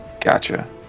Gotcha